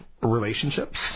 relationships